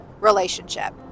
relationship